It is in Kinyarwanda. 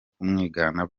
kumwigana